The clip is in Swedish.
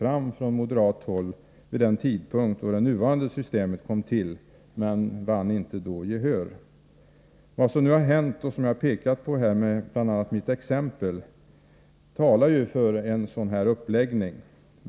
fram från moderat håll vid den tidpunkt då det nuvarande systemet kom till, men dessa tankar vann inte gehör. Vad som nu har hänt och som jag har pekat på med mitt exempel talar för en sådan uppläggning.